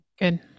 good